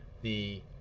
the